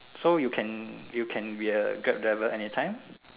so you can you can be a Grab driver anytime